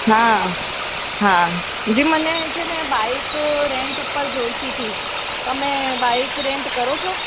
હા હા જી મને છે ને બાઈક રેન્ટ ઉપર જોઈતી હતી તમે બાઈક રેન્ટ કરો છો